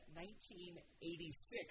1986